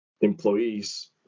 employees